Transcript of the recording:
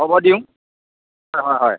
খবৰ দিওঁ হয় হয় হয়